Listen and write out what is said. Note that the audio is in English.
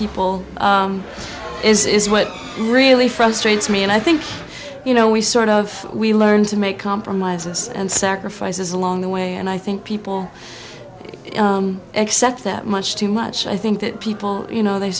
people is what really frustrates me and i think you know we sort of we learned to make compromises and sacrifices along the way and i think people accept that much too much i think that people you know they